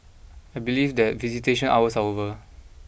I believe that visitation hours are over